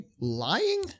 lying